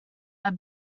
are